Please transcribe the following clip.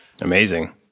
Amazing